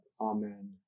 Amen